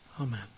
Amen